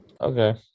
Okay